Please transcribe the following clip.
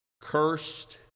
cursed